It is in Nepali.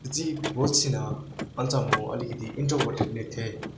त्यति बोल्थिनँ अलि चाहिँ म अलिकति इन्ट्रोभर्टेड नै थिएँ